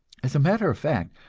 as a matter of fact,